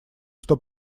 что